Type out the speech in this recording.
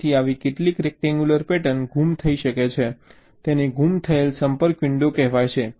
તેથી આવી કેટલીક રેક્ટેન્ગ્યુલર પેટર્ન ગુમ થઈ શકે છે તેને ગુમ થયેલ સંપર્ક વિન્ડો કહેવાય છે